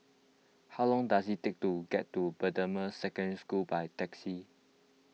how long does it take to get to Bendemeer Secondary School by taxi